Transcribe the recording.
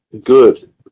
good